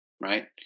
right